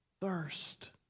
thirst